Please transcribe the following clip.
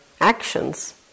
actions